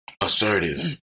assertive